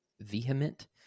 Vehement